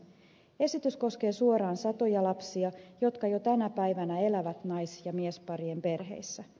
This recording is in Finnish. esitys koskee suoraan satoja lapsia jotka jo tänä päivänä elävät nais ja miesparien perheissä